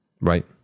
right